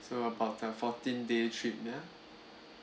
so about a fourteen day trip ya